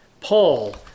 Paul